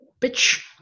bitch